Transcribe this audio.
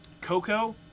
Coco